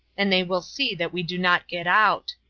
and they will see that we do not get out.